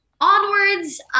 onwards